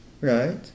right